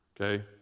okay